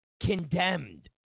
condemned